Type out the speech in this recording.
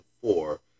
four